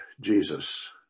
jesus